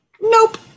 Nope